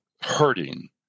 hurting